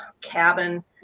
cabin